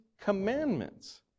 commandments